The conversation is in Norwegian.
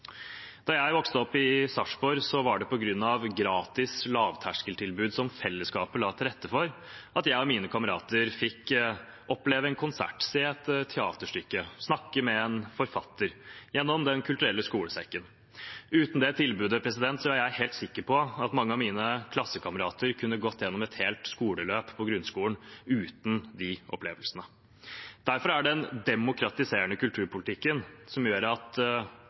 Da jeg vokste opp i Sarpsborg, var det på grunn av gratis lavterskeltilbud som fellesskapet la til rette for, at jeg og mine kamerater fikk oppleve en konsert, se et teaterstykke og snakke med en forfatter, gjennom Den kulturelle skolesekken. Uten det tilbudet er jeg helt sikker på at mange av mine klassekamerater kunne gått gjennom et helt skoleløp i grunnskolen uten de opplevelsene. Derfor er den demokratiserende kulturpolitikken, som gjør at